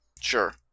Sure